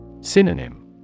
Synonym